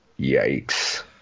Yikes